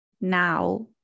now